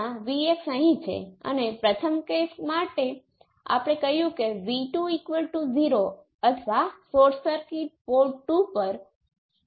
તેથી હું અહીં જે નિર્દેશ કરવાનો પ્રયાસ કરું છું તે એ છે કે રેસિપ્રોસિટિ એ નેટવર્કની પોર્પર્ટિ છે તમે નેટવર્કનું વર્ણન કરવા માટે કયા પેરામિટર પસંદ કરો છો તેનાથી તે સંબંધિત નથી